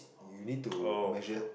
you need to measure